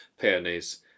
peonies